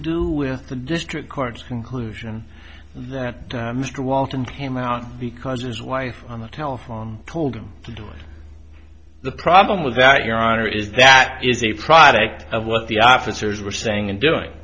do with the district court's conclusion that mr walton came out because his wife on the telephone told him to do it the problem with that your honor is that is a product of what the officers were saying and doing